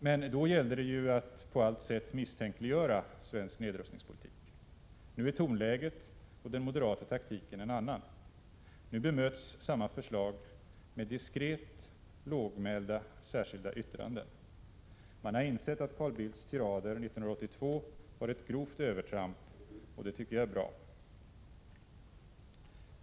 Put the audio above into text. Men då gällde det ju att på alla sätt misstänkliggöra svensk nedrustningspolitik. Nu är tonläget och den moderata taktiken en annan. I dag bemöts samma förslag med lågmälda diskreta särskilda yttranden. Man har insett att Carl Bildts tirader 1982 var ett grovt övertramp, och det tycker jag är bra.